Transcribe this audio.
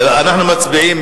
אנחנו מצביעים.